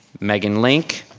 megan link.